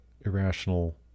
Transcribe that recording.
irrational